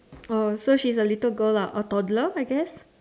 oh so she's a little girl lah a toddler I guess